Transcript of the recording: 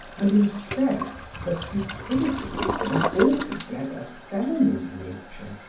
and instead her stupidity was of an altogether feminine nature.